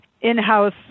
in-house